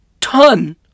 ton